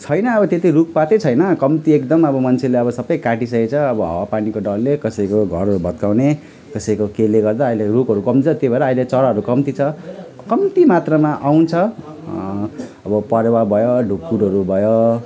छैन अब त्यति रुखपातै छैन कम्ती एकदम अब मान्छेले अब सबै काटिसकेको छ अब हावा पानीको डरले कसैको घरहरू भत्काउने कसैको केले गर्दा अहिले रुखहरू कम छ त्यो भएर अहिले चराहरू कम्ती छ कम्ती मात्रमा आउँछ अब परेवा भयो ढुकुरहरू भयो